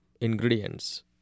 ingredients